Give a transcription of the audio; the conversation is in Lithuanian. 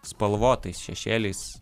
spalvotais šešėliais